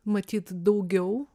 matyt daugiau